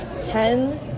ten